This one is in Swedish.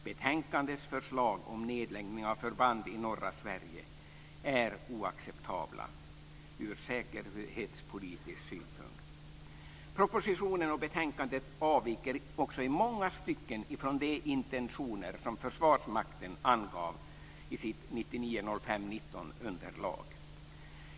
Betänkandets förslag om nedläggning av förband i norra Sverige är oacceptabla ur säkerhetspolitisk synpunkt. Propositionen och betänkandet avviker också i många stycken från de intentioner som Försvarsmakten angav i sitt underlag den 19 maj 1999.